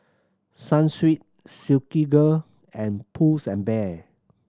Sunsweet Silkygirl and Pulls and Bear